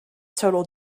total